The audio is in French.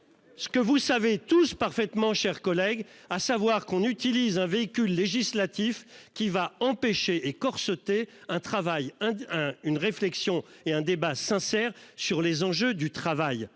Ce que vous savez tous parfaitement chers collègues à savoir qu'on utilise un véhicule législatif qui va empêcher et corsetée un travail hein. Une réflexion et un débat sincère sur les enjeux du travail